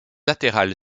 latérale